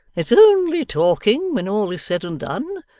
it's only talking, when all is said and done,